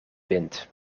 wind